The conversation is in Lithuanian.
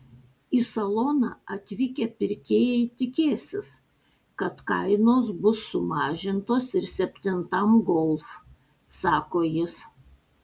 į saloną atvykę pirkėjai tikėsis kad kainos bus sumažintos ir septintam golf sako jis